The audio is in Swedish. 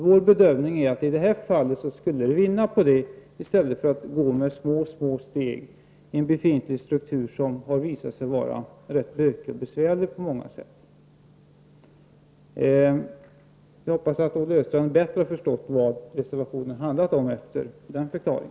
Vår bedömning är att vi i detta fall skulle vinna på att göra på det sättet i stället för att gå med små, små steg i en befintlig struktur som har visat sig vara rätt bökig och besvärlig på många sätt. Jag hoppas att Olle Östrand bättre förstår vad reservationen handlar om efter denna förklaring.